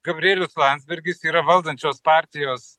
gabrielius landsbergis yra valdančios partijos